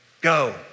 go